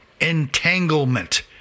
entanglement